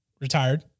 Retired